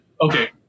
okay